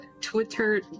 twitter